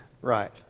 Right